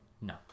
no